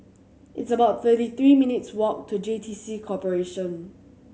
it's about thirty three minutes' walk to J T C Corporation